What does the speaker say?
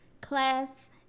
class